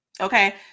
Okay